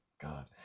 God